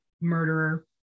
Murderer